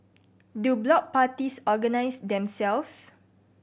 do block parties organise themselves